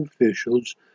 officials